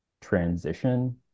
transition